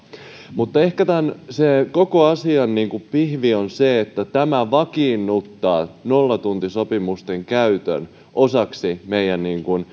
mutta ehkä tämän koko asian pihvi on se että tämä vakiinnuttaa nollatuntisopimusten käytön osaksi meidän